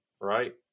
Right